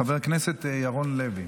חבר הכנסת ירון לוי.